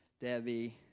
Debbie